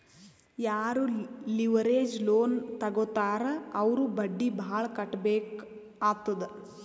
ಯಾರೂ leverage loan ತಗೋತ್ತಾರ್ ಅವ್ರು ಬಡ್ಡಿ ಭಾಳ್ ಕಟ್ಟಬೇಕ್ ಆತ್ತುದ್